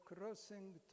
crossing